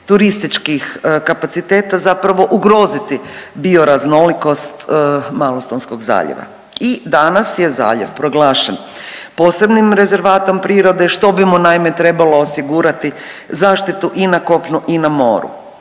turističkim kapaciteta zapravo ugroziti bioraznolikost Malostonskog zaljeva i danas je zaljev proglašen posebnim rezervatom prirode, što bi mu naime trebalo osiguralo zaštitu i na kopnu i na moru.